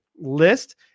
list